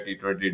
T20